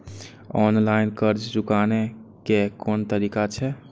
Online कर्ज चुकाने के कोन तरीका छै?